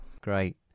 Great